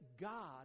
God